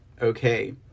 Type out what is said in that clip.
Okay